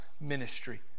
ministry